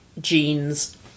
Jean's